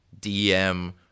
DM